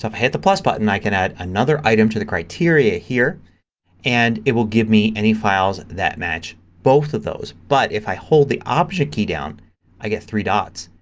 hit the plus button i can add another item to the criteria here and it will give me any files that match both of those. but if i hold the option key down i get three dots.